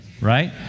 Right